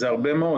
זה הרבה מאוד,